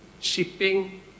shipping